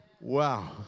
wow